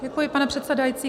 Děkuji, pane předsedající.